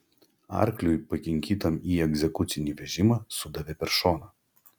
arkliui pakinkytam į egzekucinį vežimą sudavė per šoną